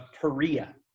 Perea